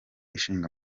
ishinga